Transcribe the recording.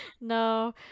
no